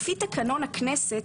לפי תקנון הכנסת,